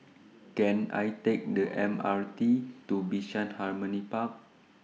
Can I Take The M R T to Bishan Harmony Park